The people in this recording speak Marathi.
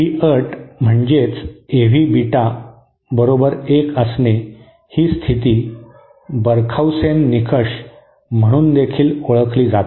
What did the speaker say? ही अट म्हणजेच एव्ही बीटा बरोबर एक असणे ही स्थिती बरखाऊसेन निकष म्हणून देखील ओळखली जाते